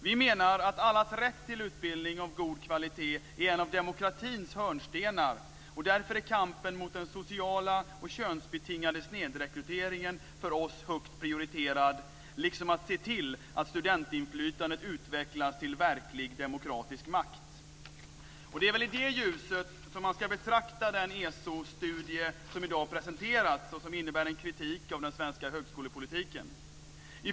Vi menar att allas rätt till en utbildning av god kvalitet är en av demokratins hörnstenar, och därför är kampen mot den sociala och könsbetingade snedrekryteringen för oss högt prioriterad, liksom att se till att studentinflytandet utvecklas till verklig demokratisk makt. Det är i det ljuset man ska betrakta den ESO studie som har presenterats i dag och som innebär en kritik av den svenska högskolepolitiken.